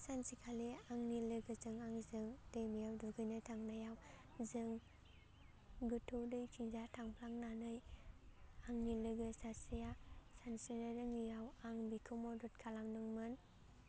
सानसेखालि आंनि लोगोजों आंजों दैमायाव दुगैनो थांनायाव जों गोथौ दैथिंजाय थांफ्लांनानै आंनि लोगो सासेया सानस्रिनो रोङैआव आं बेखौ मदद खालामदोंमोन